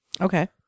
Okay